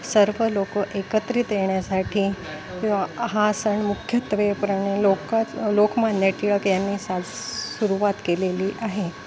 सर्व लोक एकत्रित येण्यासाठी हा सण मुख्यत्वेपणे लोकच लोकमान्य टिळक यांनी सास सुरुवात केलेली आहे